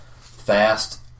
fast